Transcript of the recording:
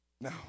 No